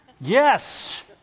yes